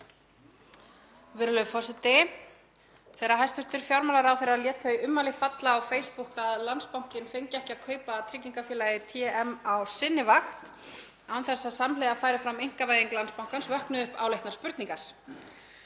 Virðulegur forseti. Þegar hæstv. fjármálaráðherra lét þau ummæli falla á Facebook að Landsbankinn fengi ekki að kaupa tryggingafélagið TM á sinni vakt án þess að samhliða færi fram einkavæðing Landsbankans vöknuðu upp áleitnar spurningar.